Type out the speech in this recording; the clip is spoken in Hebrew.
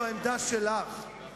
זאת העמדה שלך,